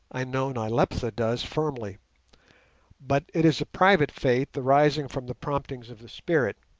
i know nyleptha does firmly but it is a private faith arising from the promptings of the spirit,